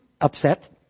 upset